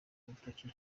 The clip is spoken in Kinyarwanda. urutoke